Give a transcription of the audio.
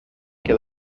que